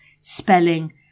spelling